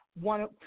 one